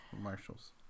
Marshalls